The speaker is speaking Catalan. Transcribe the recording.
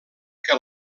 que